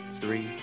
three